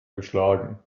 geschlagen